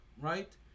right